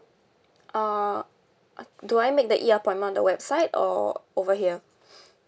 uh do I make the E appointment on the website or over here